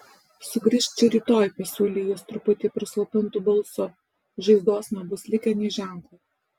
sugrįžk čia rytoj pasiūlė jis truputį prislopintu balsu žaizdos nebus likę nė ženklo